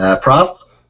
Prop